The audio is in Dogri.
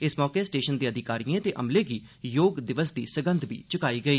इस मौके स्टेशन दे अधिकारिएं ते अमले गी योग दिवस दी सगंध बी चुकाई गेई